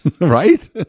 right